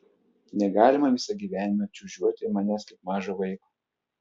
negalima visą gyvenimą čiūčiuoti manęs kaip mažo vaiko